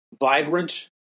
vibrant